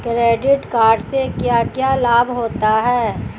Credit card से क्या क्या लाभ होता है?